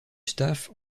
staff